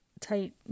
Tight